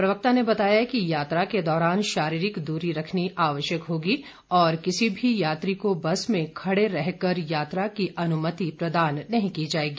प्रवक्ता ने बताया कि यात्रा के दौरान शारीरिक दूरी रखनी आवश्यक होगी और किसी भी यात्री को बस में खड़े रह कर यात्रा की अनुमति प्रदान नहीं की जाएगी